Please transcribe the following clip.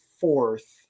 fourth